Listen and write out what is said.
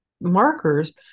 markers